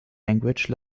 language